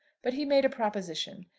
but he made a proposition.